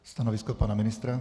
Stanovisko pana ministra?